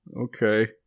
Okay